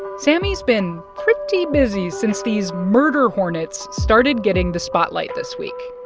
sammy's been pretty busy since these murder hornets started getting the spotlight this week.